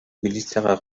милицияга